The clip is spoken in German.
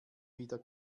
wieder